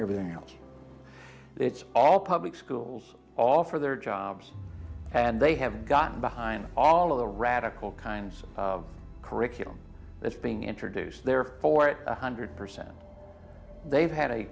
everything else it's all public schools offer their jobs and they have gotten behind all of the radical kinds of curriculum that's being introduced there for one hundred percent they've had a